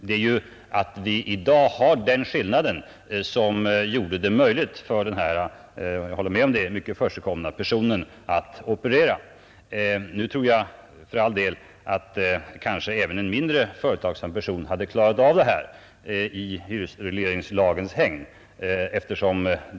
Det är ju den skillnad vi i dag har som gjorde det möjligt för den här — jag håller med om det — mycket försigkomna personen att operera. Nu tror jag för all del att även en mindre företagsam person kunde ha klarat detta i hyresregleringslagens hägn.